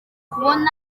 kubona